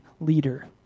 leader